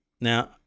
Now